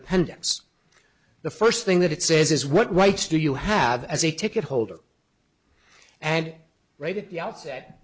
appendix the first thing that it says is what rights do you have as a ticket holder and right at the outset